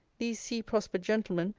these sea-prospered gentlemen,